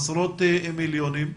עשרות מיליונים.